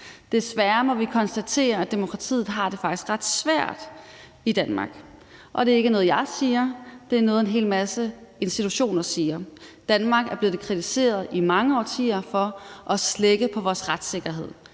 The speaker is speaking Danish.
Desværre må vi konstatere, at demokratiet faktisk har det ret svært i Danmark, og det er ikke noget, jeg siger, men det er noget, en hel masse institutioner siger. Danmark er i mange årtier blevet kritiseret for at slække på vores retssikkerhed.